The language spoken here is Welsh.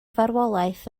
farwolaeth